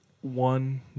One